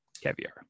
caviar